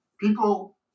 People